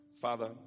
Father